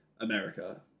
America